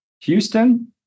Houston